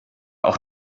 auch